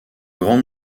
grand